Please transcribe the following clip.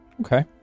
Okay